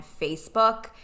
Facebook